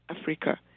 Africa